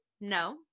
no